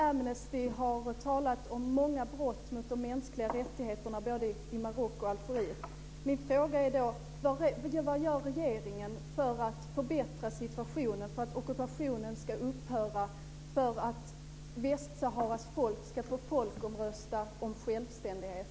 Amnesty har talat om många brott mot de mänskliga rättigheterna både i Marocko och i Algeriet.